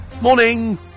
Morning